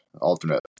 alternate